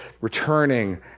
returning